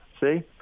see